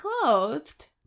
clothed